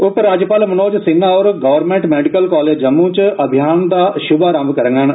उप राज्यपाल मनोज सिन्हा होरें गौरमैन्ट मैडिकल कालेज जम्मू अभियान दा श्भारम्भ करगंन